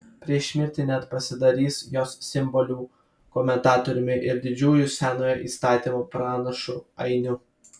prieš mirtį net pasidarys jos simbolių komentatoriumi ir didžiųjų senojo įstatymo pranašų ainiu